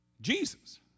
Jesus